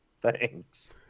Thanks